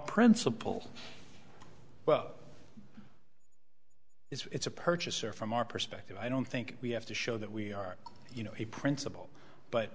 principal well it's a purchaser from our perspective i don't think we have to show that we are you know a principal but